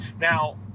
now